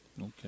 Okay